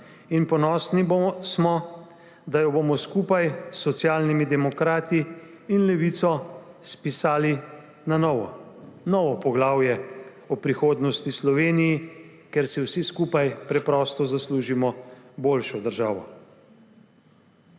in ponosni smo, da jo bomo skupaj s Socialnimi demokrati in Levico spisali na novo. Novo poglavje o prihodnosti v Sloveniji, ker si vsi skupaj preprosto zaslužimo boljšo državo.